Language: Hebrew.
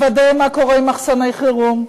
לוודא מה קורה עם מחסני חירום,